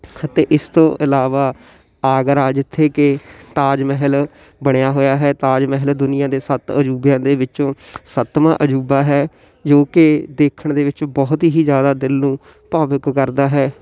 ਅਤੇ ਇਸ ਤੋਂ ਇਲਾਵਾ ਆਗਰਾ ਜਿੱਥੇ ਕਿ ਤਾਜ ਮਹਿਲ ਬਣਿਆ ਹੋਇਆ ਹੈ ਤਾਜ ਮਹਿਲ ਦੁਨੀਆਂ ਦੇ ਸੱਤ ਅਜੂਬਿਆਂ ਦੇ ਵਿੱਚੋਂ ਸੱਤਵਾਂ ਅਜੂਬਾ ਹੈ ਜੋ ਕਿ ਦੇਖਣ ਦੇ ਵਿੱਚ ਬਹੁਤ ਹੀ ਜ਼ਿਆਦਾ ਦਿਲ ਨੂੰ ਭਾਵੁਕ ਕਰਦਾ ਹੈ